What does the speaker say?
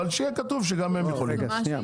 אבל שיהיה כתוב שגם הם יכולים להיכנס,